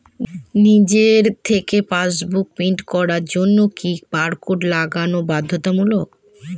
নিজে থেকে passbook print করার জন্য কি বারকোড লাগানো বাধ্যতামূলক?